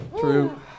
true